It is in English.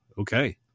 okay